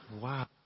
Wow